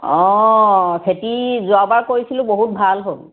অ খেতি যোৱাবাৰ কৰিছিলোঁ বহুত ভাল হ'ল